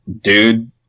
dude